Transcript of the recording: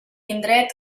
indret